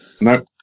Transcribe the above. No